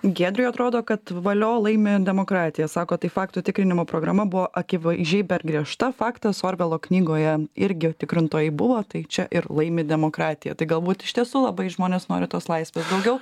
giedriui atrodo kad valio laimi demokratija sako tai faktų tikrinimo programa buvo akivaizdžiai per griežta faktas orvelo knygoje irgi tikrintojai buvo tai čia ir laimi demokratija tai galbūt iš tiesų labai žmonės nori tos laisvės daugiau